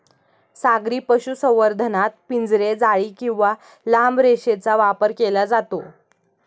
सागरी पशुसंवर्धनात पिंजरे, जाळी किंवा लांब रेषेचा वापर केला जातो